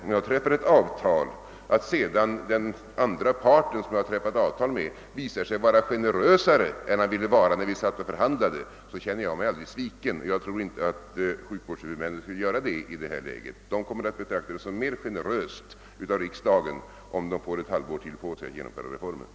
Om jag, när jag har träffat ett avtal, finner att den andra parten visar sig generösare än han var när vi förhandlade, känner jag mig aldrig sviken, och jag tror inte att sjukvårdshuvudmännen skulle göra det i detta läge. De kommer att betrakta det som generöst av riksdagen om de får ett halvår till på sig för att genomföra denna reform.